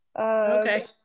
Okay